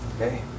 okay